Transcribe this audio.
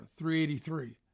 383